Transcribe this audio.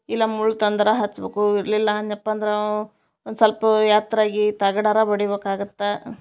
ಇಲ್ಲ ಮುಳ್ಳು ತಂದ್ರೆ ಹಚ್ಬೇಕು ಇರಲಿಲ್ಲ ಅಂದ್ನ್ಯಪ್ಪ ಅಂದ್ರೆ ಒಂದು ಸಲ್ಪ ಎತ್ತರಾಗಿ ತಗಡಾರೂ ಬಡಿಬೇಕಾಗತ್ತೆ